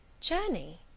Journey